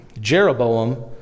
Jeroboam